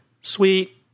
sweet